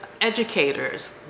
educators